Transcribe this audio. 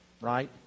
Right